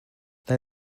they